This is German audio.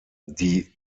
die